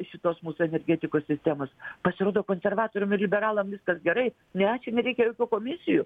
šitos mūsų energetikos sistemos pasirodo konservatoriam ir liberalam viskas gerai ne čia nereikia jokių komisijų